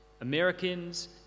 Americans